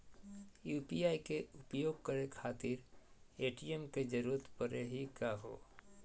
UPI के उपयोग करे खातीर ए.टी.एम के जरुरत परेही का हो?